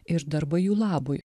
ir darbai jų labui